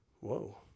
Whoa